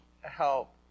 help